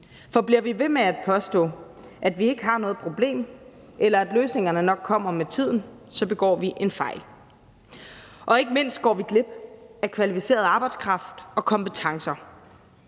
For bliver vi ved med at påstå, at vi ikke har noget problem, eller at løsningerne kommer med tiden, begår vi en fejl, og ikke mindst går vi glip af kvalificeret arbejdskraft og kompetencer.